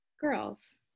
girls